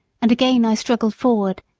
and again i struggled forward.